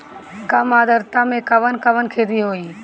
कम आद्रता में कवन कवन खेती होई?